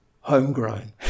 homegrown